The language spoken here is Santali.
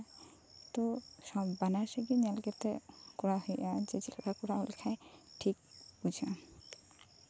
ᱛᱚ ᱵᱟᱱᱟᱨ ᱥᱮᱡ ᱜᱮ ᱧᱮᱞ ᱠᱟᱛᱮ ᱠᱚᱨᱟᱣ ᱦᱩᱭᱩᱜᱼᱟ ᱚᱱᱠᱟ ᱠᱚᱨᱟᱣ ᱞᱮᱠᱷᱟᱡ ᱴᱷᱤᱠ ᱵᱩᱡᱷᱟᱹᱜᱼᱟ